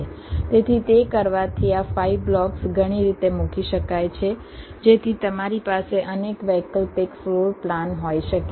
તેથી તે કરવાથી આ 5 બ્લોક્સ ઘણી રીતે મૂકી શકાય છે જેથી તમારી પાસે અનેક વૈકલ્પિક ફ્લોર પ્લાન હોઈ શકે